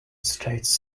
states